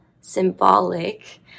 symbolic